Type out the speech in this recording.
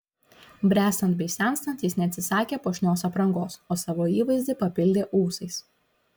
bręstant bei senstant jis neatsisakė puošnios aprangos o savo įvaizdį papildė ūsais